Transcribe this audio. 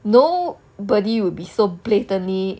nobody will be so blatantly